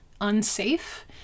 unsafe